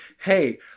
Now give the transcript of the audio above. hey